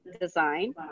design